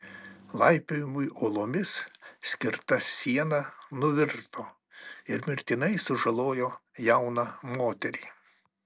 laipiojimui uolomis skirta siena nuvirto ir mirtinai sužalojo jauną moterį